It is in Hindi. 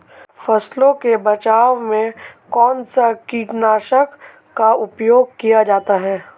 फसलों के बचाव में कौनसा कीटनाशक का उपयोग किया जाता है?